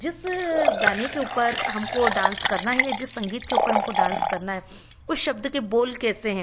जिस गाने के ऊपर हमको डांस करना ही है जिस संगीत के ऊपर हमको डांस करना है उस शब्द के बोल कैसे हैं